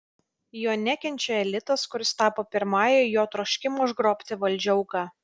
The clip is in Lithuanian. jo nekenčia elitas kuris tapo pirmąja jo troškimo užgrobti valdžią auka